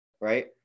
right